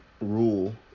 rule